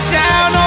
down